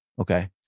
Okay